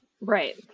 Right